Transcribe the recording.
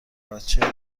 بچه